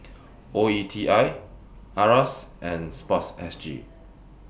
O E T I IRAS and Sports S G